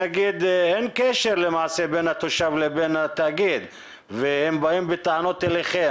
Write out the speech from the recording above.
שאין קשר למעשה בין התושב לבין התאגיד והם באים בטענות אליכם,